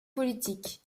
politique